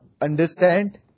understand